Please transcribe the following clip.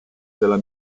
della